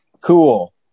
cool